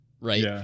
right